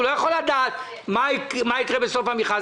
הוא לא יכול לדעת מה יקרה בסוף המכרז.